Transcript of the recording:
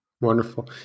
Wonderful